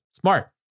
smart